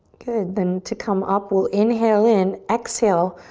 good, then to come up we'll inhale in, exhale.